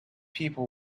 people